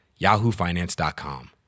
yahoofinance.com